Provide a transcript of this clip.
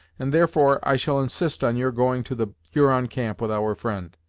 and therefore i shall insist on your going to the huron camp with our friend.